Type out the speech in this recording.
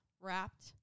wrapped